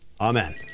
Amen